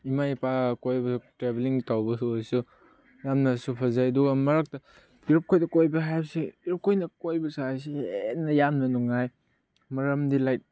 ꯏꯃꯥ ꯏꯄꯥ ꯀꯣꯏꯕ ꯇ꯭ꯔꯦꯚꯦꯜꯂꯤꯡ ꯇꯧꯕ ꯑꯣꯏꯁꯨ ꯌꯥꯝꯅꯁꯨ ꯐꯖꯩ ꯑꯗꯨꯒ ꯃꯔꯛꯇ ꯃꯔꯨꯞ ꯍꯣꯏꯒ ꯀꯣꯏꯕ ꯍꯥꯏꯕꯁꯦ ꯃꯔꯨꯞ ꯈꯣꯏꯅ ꯀꯣꯏꯔꯨꯁꯦ ꯍꯥꯏꯁꯦ ꯍꯦꯟꯅ ꯌꯥꯝꯅ ꯅꯨꯡꯉꯥꯏ ꯃꯔꯝꯗꯤ ꯂꯥꯏꯛ